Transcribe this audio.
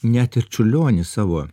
net ir čiurlionis savo